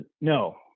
no